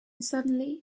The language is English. suddenly